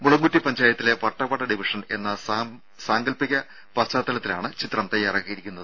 മുളങ്കുറ്റി പഞ്ചായത്തിലെ വട്ടവട ഡിവിഷൻ എന്ന സാങ്കല്പിക പശ്ചാത്തലത്തിലാണ് ചിത്രം തയ്യാറാക്കിയിരിക്കുന്നത്